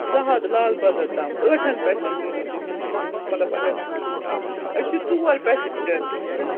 زٕ ہَتھ لال بازار تام ٲٹھَن پیٚسنٛجَرَن مطلب اگر أسۍ چھِ ژور پیسنٛجَر ٹھیٖک چھا